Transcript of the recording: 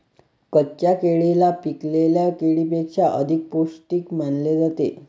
कच्च्या केळीला पिकलेल्या केळीपेक्षा अधिक पोस्टिक मानले जाते